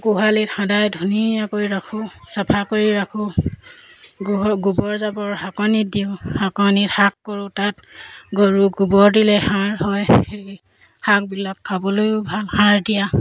গোহালিত সদায় ধুনীয়াকৈ ৰাখোঁ চফা কৰি ৰাখোঁ গোবৰ জাবৰ শাকনিত দিওঁ শাকনিত শাক কৰোঁ তাত গৰু গোবৰ দিলে সাৰ হয় সেই শাকবিলাক খাবলৈয়ো ভাল সাৰ দিয়া